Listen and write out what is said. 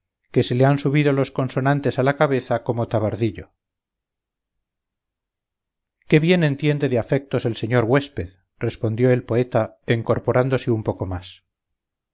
que se le han subido los consonantes a la cabeza como tabardillo qué bien entiende de afectos el señor güésped respondió el poeta encorporándose un poco más